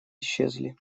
исчезли